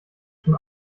schon